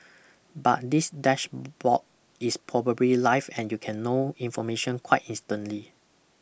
but this dashboard is probably live and you can know information quite instantly